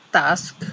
task